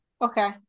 Okay